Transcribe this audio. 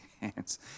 hands